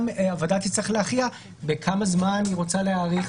הוועדה תצטרך להכריע בכמה זמן היא רוצה להאריך